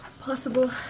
possible